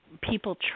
people